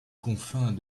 confins